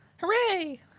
Hooray